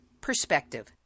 perspective